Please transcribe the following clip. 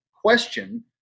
question